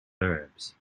verbs